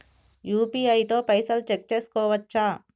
UPI తో పైసల్ check చేసుకోవచ్చా?